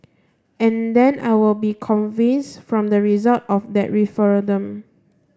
and then I will be convince from the result of that referendum